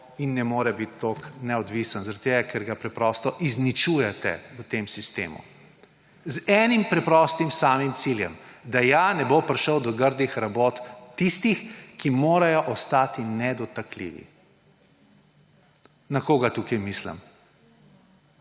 bo, ne more biti toliko neodvisen, ker ga preprosto izničujete v tem sistemu z enim preprostim samim ciljem, da ja ne bo prišel do grdih rabot tistih, ki morajo ostati nedotakljivi. Na koga tukaj mislim?